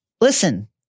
Listen